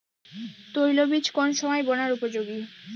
তৈল বীজ কোন সময় বোনার উপযোগী?